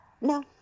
No